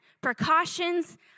precautions